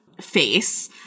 face